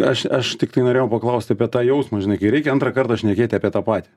aš aš tiktai norėjau paklaust apie tą jausmą žinai kai reikia antrą kartą šnekėt apie tą patį